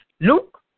Luke